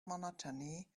monotony